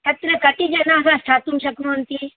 तत्र कति जनाः स्थातुं शक्नुवन्ति